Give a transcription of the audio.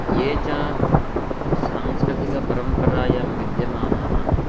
ये च सांस्कृतिकपरम्परायां विद्यमानाः